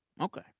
okay